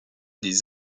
des